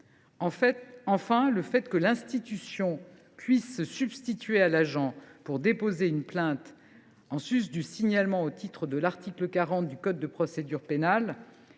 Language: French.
Enfin, le fait que l’institution puisse se substituer à l’agent pour déposer une plainte, en sus du signalement au titre de l’article 40 du code de procédure pénale,